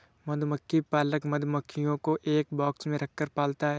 मधुमक्खी पालक मधुमक्खियों को एक बॉक्स में रखकर पालता है